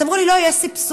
אז אמרו לי: לא, יש סבסוד.